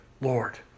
Lord